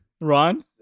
Ron